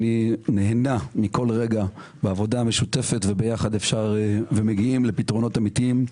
אני נהנה מכל רגע בעבודה המשותפת ויחד אפשר ומגיעים לפתרונות אמיתיים.